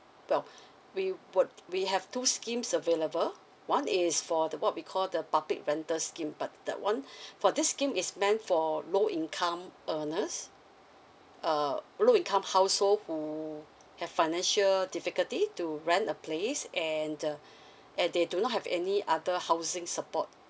now we would we have two schemes available one is for the what we call the public rental scheme but that [one] for this scheme is meant for low income earners uh low income household who have financial difficulty to rent a place and uh and they do not have any other housing support